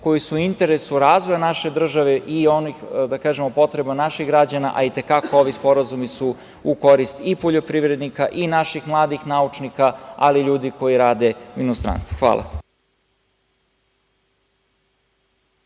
koji su u interesu razvoja naše države i onih, da kažemo, potreba naših građana, a i te kako ovi sporazumi su u korist poljoprivrednika, i naših mladih naučnika, ali i ljudi koji rade u inostranstvu. Hvala.